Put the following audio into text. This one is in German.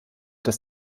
dass